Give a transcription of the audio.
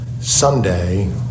Sunday